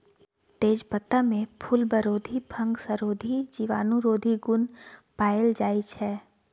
तेजपत्तामे फुलबरोधी, फंगसरोधी, जीवाणुरोधी गुण पाएल जाइ छै